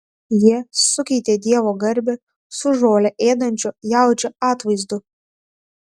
jie sukeitė dievo garbę su žolę ėdančio jaučio atvaizdu